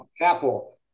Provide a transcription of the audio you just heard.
Apple